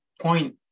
point